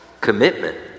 commitment